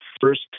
first